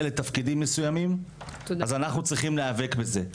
לתפקידים מסוימים אבל אנחנו צריכים להיאבק בזה.